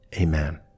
amen